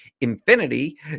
infinity